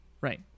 Right